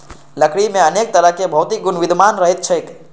लकड़ी मे अनेक तरहक भौतिक गुण विद्यमान रहैत छैक